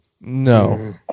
No